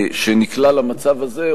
שנקלע למצב הזה,